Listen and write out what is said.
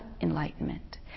enlightenment